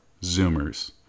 Zoomers